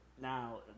Now